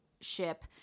ship